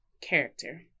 character